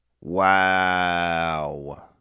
Wow